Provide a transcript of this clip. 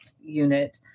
unit